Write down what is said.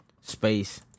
space